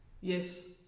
Yes